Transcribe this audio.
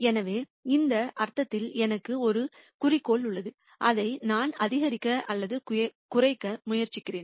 எனவே அந்த அர்த்தத்தில் எனக்கு ஒரு குறிக்கோள் உள்ளது அதை நான் அதிகரிக்க அல்லது குறைக்க முயற்சிக்கிறேன்